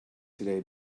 today